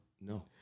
No